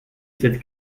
cette